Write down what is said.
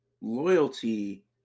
loyalty